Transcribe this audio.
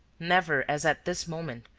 never, as at this moment,